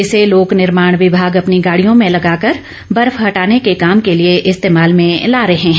इसे लोक निर्माण विभाग अपनी गाड़ियों में लगा कर बर्फ हटाने के काम के लिए इस्तेमाल में ला रहे है